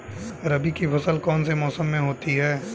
रबी की फसल कौन से मौसम में होती है?